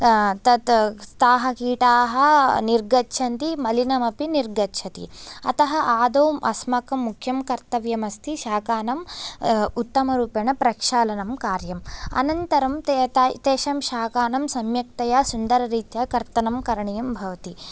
तत् ताः कीटाः निर्गच्छन्ति मलिनमपि निर्गच्छति अतः आदौ अस्माकं मुख्यं कर्तव्यमस्ति शाकानाम् उत्तमरूपेण प्रक्षालनं कार्यम् अनन्तरं ते तु तेषां शाकानां सम्यक्तया सुन्दररीत्या कर्तनं करणीयं भवति